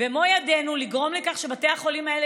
במו ידינו לגרום לכך שבתי החולים האלה